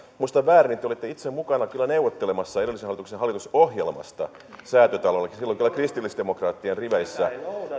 muista väärin niin te olitte itse kyllä mukana neuvottelemassa edellisen hallituksen hallitusohjelmasta säätytalolla silloin kyllä kristillisdemokraattien riveissä